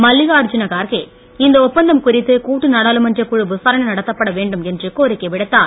மல்லிகா அர்ஜுன கார்கே இந்த ஒப்பந்தம் குறித்து கூட்டு நாடாளுமன்ற குழு விசாரணை நடத்தப்பட வேண்டும் என்று கோரிக்கைவிடுத்தார்